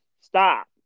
stop